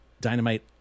Dynamite